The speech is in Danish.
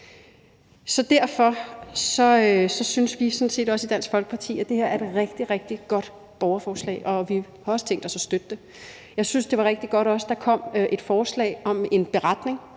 sådan set også i Dansk Folkeparti, at det her er et rigtig, rigtig godt borgerforslag, og vi har også tænkt os at støtte det. Jeg synes, det var rigtig godt, at der kom et forslag om en beretning,